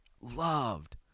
loved